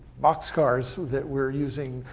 boxcars that we're using,